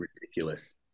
ridiculous